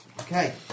Okay